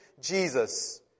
Jesus